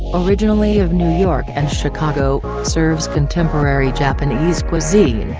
originally of new york and chicago, serves contemporary japanese cuisine.